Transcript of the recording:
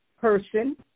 person